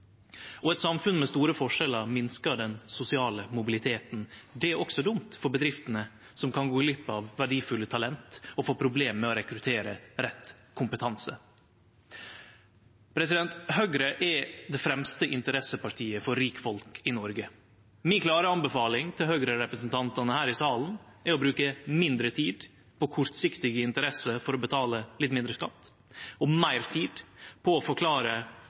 på. Eit samfunn med store forskjellar minskar den sosiale mobiliteten. Det er òg dumt for bedriftene, som kan gå glipp av verdifulle talent og få problem med å rekruttere rett kompetanse. Høgre er det fremste interessepartiet for rikfolk i Noreg. Mi klare anbefaling til Høgre-representantane her i salen er å bruke mindre tid på kortsiktige interesser for å betale litt mindre skatt og meir tid på å forklare